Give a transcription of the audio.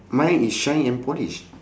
mine is shine and polish